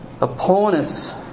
Opponents